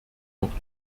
noch